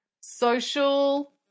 social